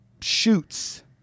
shoots